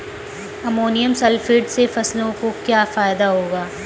Ammonium sulphate से फसलों को क्या फायदा होगा?